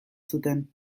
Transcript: zuten